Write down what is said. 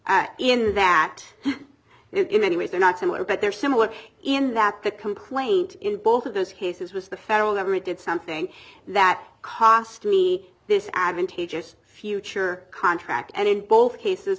in that in many ways they're not similar but they're similar in that the complaint in both of those cases was the federal government did something that cost me this advantageous future contract and in both cases